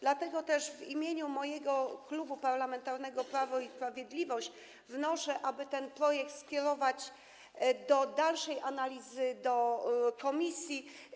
Dlatego też w imieniu mojego Klubu Parlamentarnego Prawo i Sprawiedliwość wnoszę, aby ten projekt skierować do dalszej analizy do komisji.